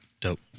Dope